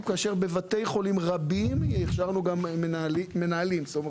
בבתי חולים רבים אישרנו מנהלים זאת אומרת,